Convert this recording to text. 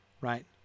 right